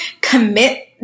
commit